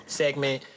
segment